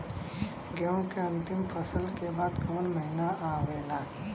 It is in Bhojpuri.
गेहूँ के अंतिम फसल के बाद कवन महीना आवेला?